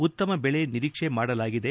ಉತ್ತಮ ಬೆಳೆ ನಿರೀಕ್ಷೆ ಮಾಡಲಾಗಿದೆ